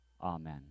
Amen